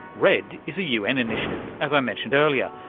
redd is a un initiative, as i mentioned earlier,